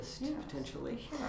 potentially